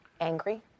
angry